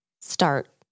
start